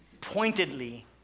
pointedly